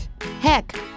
Heck